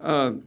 um